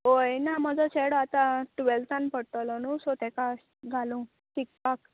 होय ना म्हजो शेड आतां टुवॅल्थान पडटलो न्हू सो तेका घालूं शिकपाक